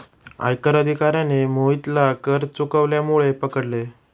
आयकर अधिकाऱ्याने मोहितला कर चुकवल्यामुळे पकडले